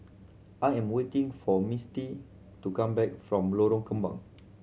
I am waiting for Misty to come back from Lorong Kembang